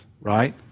right